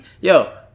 yo